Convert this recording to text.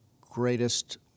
greatest